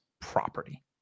property